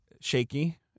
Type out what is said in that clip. shaky